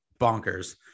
bonkers